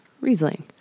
Riesling